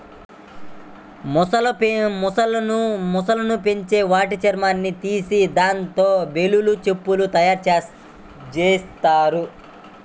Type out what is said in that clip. మొసళ్ళను పెంచి వాటి చర్మాన్ని తీసి దాంతో బెల్టులు, చెప్పులు తయ్యారుజెత్తారు